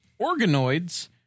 Organoids